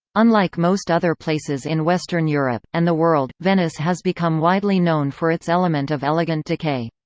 unlike most other places in western europe, and the world, venice has become widely known for its element of elegant decay.